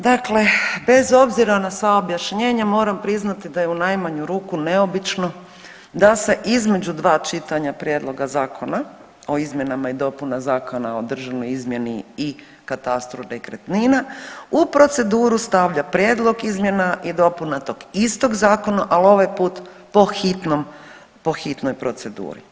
Dakle, bez obzira na sva objašnjenja moram priznati da je u najmanju ruku neobično da se između dva čitanja Prijedloga zakona o izmjenama i dopunama Zakona o državnoj izmjeri i katastru nekretnina u proceduru stavlja prijedlog izmjena i dopuna tog istog zakona, ali ovaj put po hitnoj proceduri.